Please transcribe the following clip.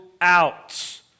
out